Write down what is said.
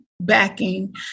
backing